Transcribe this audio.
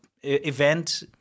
event